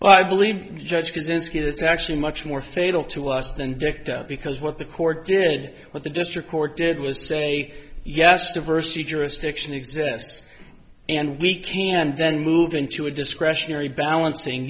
well i believe judge kozinski it's actually much more fatal to us than victor because what the court did what the district court did was say yes diversity jurisdiction exists and we can then move into a discretionary balancing